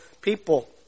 people